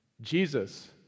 Jesus